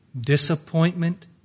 disappointment